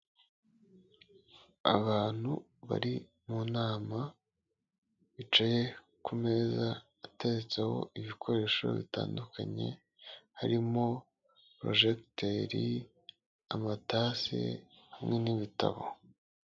Abantu bari mu nama, bicaye ku meza ateretseho ibikoresho bitandukanye, harimo porojegiteri, amatasi hamwe n'ibitabo.